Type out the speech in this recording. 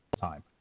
time